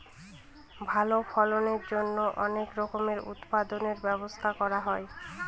ভালো ফলনের জন্যে অনেক রকমের উৎপাদনর ব্যবস্থা করতে হয়